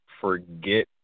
forget